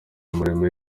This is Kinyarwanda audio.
mulimo